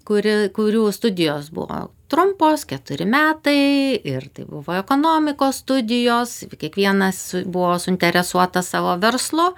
kuri kurių studijos buvo trumpos keturi metai ir tai buvo ekonomikos studijos kiekvienas buvo suinteresuotas savo verslu